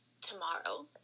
tomorrow